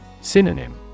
Synonym